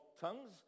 tongues